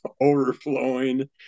overflowing